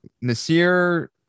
Nasir